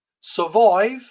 Survive